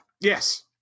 Yes